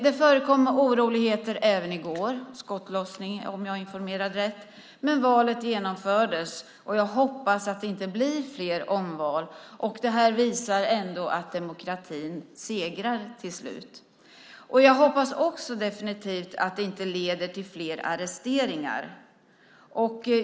Det förekom oroligheter även i går - skottlossning om jag är rätt informerad - men valet genomfördes. Jag hoppas att det inte blir fler omval. Det här visar ändå att demokratin segrar till slut. Jag hoppas definitivt också att det inte leder till fler arresteringar.